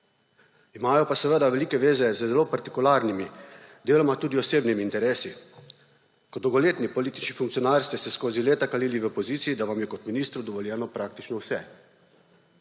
Imamo pa seveda velike zveze z zelo partikularnimi, deloma tudi osebnimi interesi. Kot dolgoletni politični funkcionar ste se skozi leta hvalili v opoziciji, da vam je kot ministru dovoljeno praktično vse.